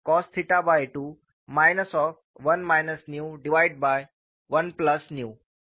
और आपके पास uxKII2Gr2sin221cos22 है